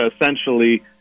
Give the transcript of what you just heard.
essentially